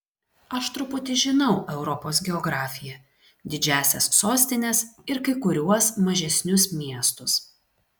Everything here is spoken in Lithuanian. aš truputį žinau europos geografiją didžiąsias sostines ir kai kuriuos mažesnius miestus